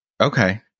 Okay